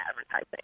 advertising